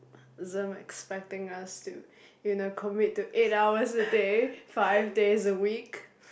is it expecting us to you know to commit to eight hours five days a week